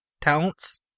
talents